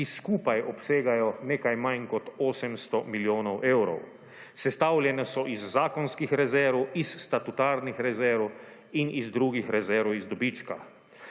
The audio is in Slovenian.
ki skupaj obsegajo nekaj manj kot 800 milijonov evrov. Sestavljene so iz zakonskih rezerv, iz statutarnih rezerv in iz drugih rezerv iz dobička.